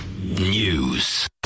News